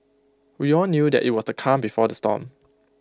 we all knew that IT was the calm before the storm